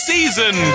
Season